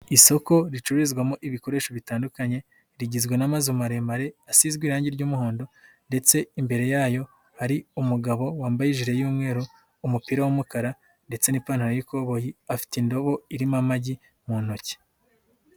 Isoko ricururizwamo ibikoresho bitandukanye rigizwe n'amazu maremare asize irangi ry'umuhondo ndetse imbere yayo hari umugabo wambaye ijiri y'umweru, umupira w'umukara ndetse n'ipantaro y'ikoboyi afite indobo irimo amagi mu ntoki.